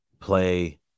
play